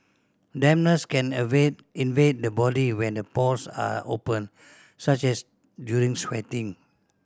dampness can invade the body when the pores are open such as during sweating